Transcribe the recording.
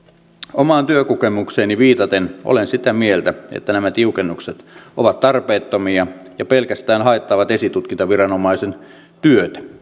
omaan työkokemukseeni viitaten olen sitä mieltä että nämä tiukennukset ovat tarpeettomia ja pelkästään haittaavat esitutkintaviranomaisen työtä